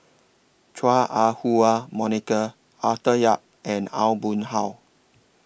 Chua Ah Huwa Monica Arthur Yap and Aw Boon Haw